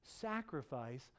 sacrifice